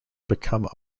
become